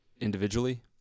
individually